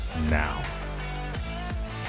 now